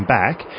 back